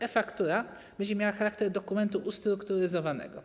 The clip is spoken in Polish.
E-faktura będzie miała charakter dokumentu ustrukturyzowanego.